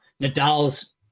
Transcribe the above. Nadal's